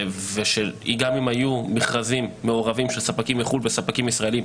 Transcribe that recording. גם אם היו מכרזים מעורבים של ספקים מחו"ל וספקים ישראלים,